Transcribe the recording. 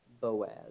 Boaz